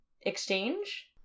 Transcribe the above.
exchange